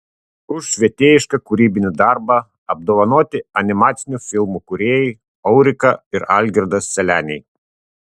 už švietėjišką kūrybinį darbą apdovanoti animacinių filmų kūrėjai aurika ir algirdas seleniai